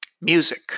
music